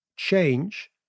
change